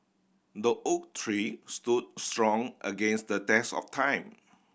the oak tree stood strong against the test of time